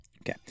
Okay